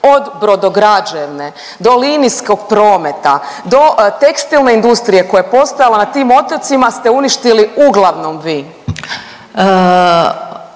od brodograđevne, do linijskog prometa, do tekstilne industrije koja je postojala na tim otocima ste uništili uglavnom vi.